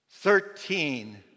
Thirteen